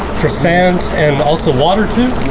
for sand and also water too?